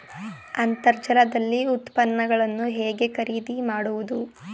ಅಂತರ್ಜಾಲದಲ್ಲಿ ಉತ್ಪನ್ನಗಳನ್ನು ಹೇಗೆ ಖರೀದಿ ಮಾಡುವುದು?